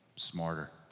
smarter